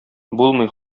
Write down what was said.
булмый